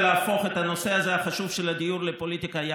מי שרוצה להפוך את הנושא החשוב הזה של הדיור לפוליטיקה,